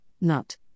nut